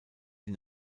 sie